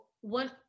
one